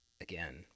Again